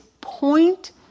point